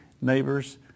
neighbors